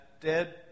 dead